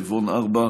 רבעון 4,